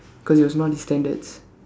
cause it was not his standards